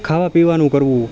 ખાવા પીવાનું કરવું